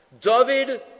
David